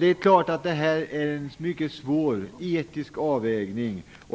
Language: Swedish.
Det handlar om en mycket svår etisk avvägning.